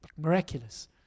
Miraculous